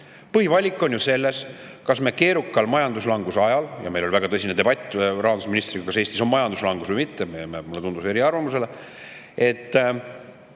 Põhivalik on ju selles, kas me keerukal majanduslanguse ajal – meil oli väga tõsine debatt rahandusministriga, kas Eestis on majanduslangus või mitte, mulle tundus, et me jäime